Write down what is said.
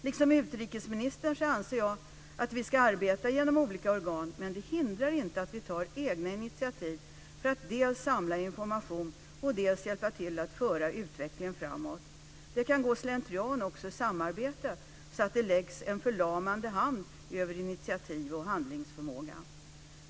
Liksom utrikesministern anser jag att vi ska arbeta genom olika organ. Men det hindrar inte att vi tar egna initiativ för att dels samla information, dels hjälpa till att föra utvecklingen framåt. Det kan också gå slentrian i samarbete, så att det läggs en förlamande hand över initiativ och handlingsförmåga.